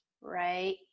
right